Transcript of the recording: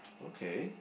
okay